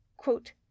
Quote